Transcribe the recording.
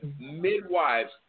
Midwives